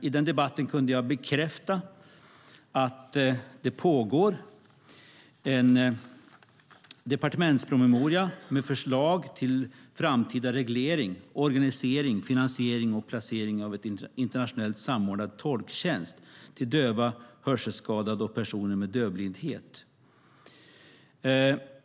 I den debatten kunde jag bekräfta att det pågår ett arbete med en departementspromemoria med förslag till framtida reglering, organisering, finansiering och placering av en nationellt samordnad tolktjänst till döva, hörselskadade och personer med dövblindhet.